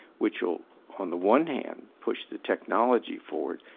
which on the one hand pushed the technology forward,